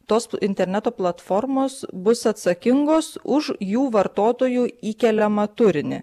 tos interneto platformos bus atsakingos už jų vartotojų įkeliamą turinį